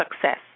Success